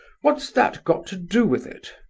what's that got to do with it?